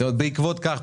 ובעקבות כך,